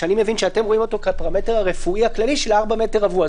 שאני מבין שאתם רואים אותו כפרמטר הרפואי הכללי של 4 מטר רבוע.